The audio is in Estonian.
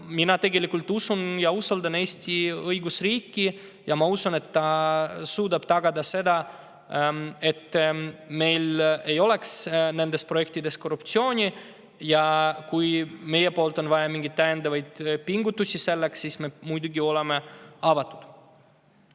Mina tegelikult usaldan Eesti õigusriiki ja usun, et ta suudab tagada seda, et meil ei oleks nendes projektides korruptsiooni. Ja kui meil on vaja teha mingeid täiendavaid pingutusi selleks, siis me muidugi oleme avatud.